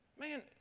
Man